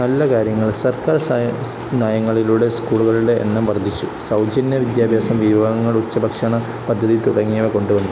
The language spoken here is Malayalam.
നല്ല കാര്യങ്ങൾ സർക്കാർ നയങ്ങളിലൂടെ സ്കൂളുകളുടെ എണ്ണം വർദ്ധിച്ചു സൗജന്യ വിദ്യാഭ്യാസം വിഭവങ്ങൾ ഉച്ചഭക്ഷണ പദ്ധതി തുടങ്ങിയവ കൊണ്ടുവന്നു